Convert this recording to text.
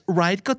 right